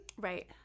right